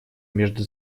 между